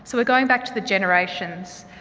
so we're going back to the generations.